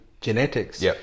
genetics